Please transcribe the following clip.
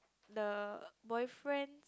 the boyfriend